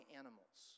animals